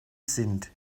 sind